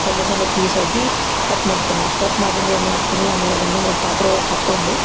ಸಣ್ಣ ಸಣ್ಣ ಪೀಸಾಗಿ ಕಟ್ ಮಾಡ್ತೀನಿ ನಾನು ಕಟ್ ಮಾಡಿಂದೇನು ಮಾಡ್ತೀನಿ ಆಮೇಲೆ ಅದನ್ನು ಒಂದು ಪಾತ್ರೆ ಒಳಗೆ ಹಾಕ್ಕೊಂಡು